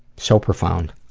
so profound.